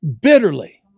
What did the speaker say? bitterly